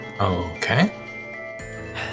Okay